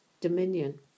dominion